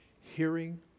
Hearing